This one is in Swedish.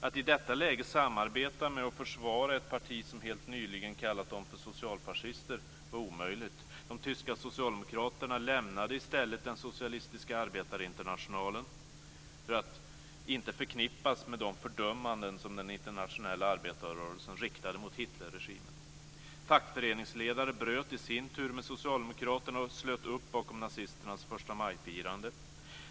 Att i detta läge samarbeta med och försvara ett parti som helt nyligen kallat dem för socialfascister var omöjligt. De tyska socialdemokraterna lämnade i stället den socialistiska arbetarinternationalen för att inte förknippas med de fördömanden som den internationella arbetarrörelsen riktade mot Hitlerregimen. Fackföreningsledare bröt i sin tur med socialdemokraterna och slöt upp bakom nazisternas förstamajfirande.